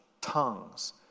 tongues